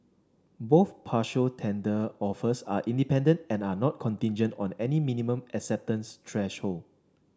both partial tender offers are independent and are not contingent on any minimum acceptance threshold